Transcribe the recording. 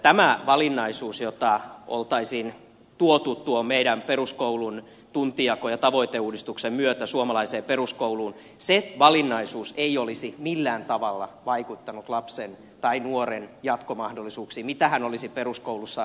tämä valinnaisuus jota olisi tuotu tuon meidän peruskoulun tuntijako ja tavoiteuudistuksen myötä suomalaiseen peruskouluun mitä hän olisi peruskoulussa alaluokilla valinnut ei olisi millään tavalla vaikuttanut lapsen tai nuoren jatkomahdollisuuksiin